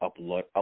upload